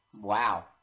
Wow